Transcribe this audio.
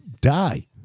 die